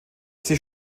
sie